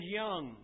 young